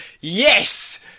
Yes